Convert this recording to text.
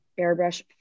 Airbrush